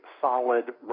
solid